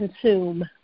consume